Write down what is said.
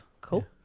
Cool